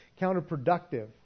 counterproductive